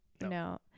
no